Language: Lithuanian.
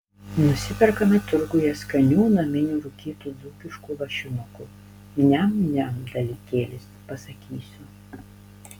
nusiperkame turguje skanių naminių rūkytų dzūkiškų lašinukų niam niam dalykėlis pasakysiu